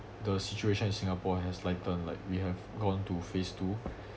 the situation in singapore has lighten like we have gone to phase two